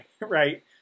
right